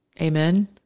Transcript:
Amen